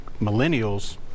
millennials